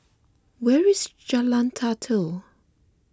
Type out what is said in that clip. where is Jalan Datoh